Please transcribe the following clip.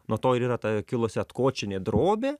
nuo to ir yra ta kilusi atkočinė drobė